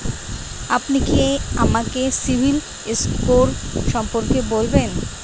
আপনি কি আমাকে সিবিল স্কোর সম্পর্কে বলবেন?